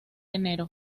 enero